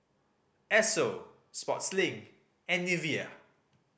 Esso Sportslink and Nivea